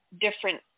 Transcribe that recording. different